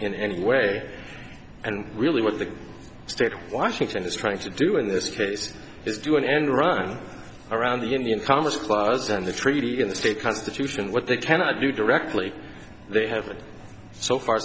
in any way and really what the state of washington is trying to do in this case is do an end run around the indian commerce clause and the treaty in the state constitution what they cannot do directly they have so far